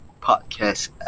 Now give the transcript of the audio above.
podcast